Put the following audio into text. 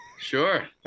Sure